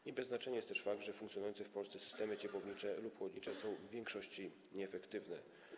Nie bez znaczenia jest też fakt, że funkcjonujące w Polsce systemy ciepłownicze lub chłodnicze są w większości nieefektywne.